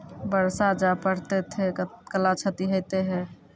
बरसा जा पढ़ते थे कला क्षति हेतै है?